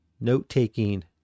Note-taking